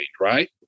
right